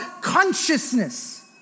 consciousness